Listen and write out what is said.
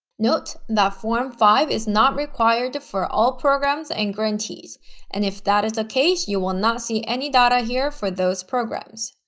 note that form five is not required for all programs and grantees and if that is the case you will not see any data here for those programs.